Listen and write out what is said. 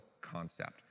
concept